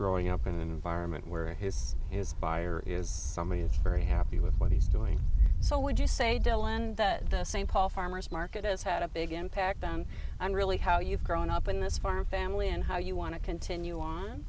growing up in an environment where his his buyer is somebody is very happy with what he's doing so would you say dell and that the st paul farmer's market has had a big impact on on really how you've grown up in this farm family and how you want to continue on